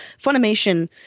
Funimation